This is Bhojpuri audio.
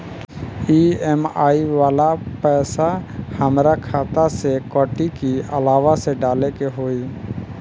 ई.एम.आई वाला पैसा हाम्रा खाता से कटी की अलावा से डाले के होई?